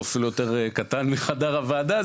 הוא אפילו יותר קטן מחדר הוועדה,